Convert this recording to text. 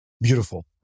Beautiful